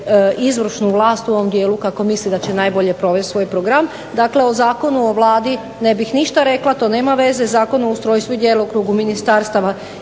izvršnu vlast u onom dijelu kako misli da će najbolje provesti svoj program. Dakle, o Zakonu o Vladi ne bih ništa, to nema veza. Zakon o ustrojstvu i djelokrugu ministarstava